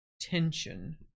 tension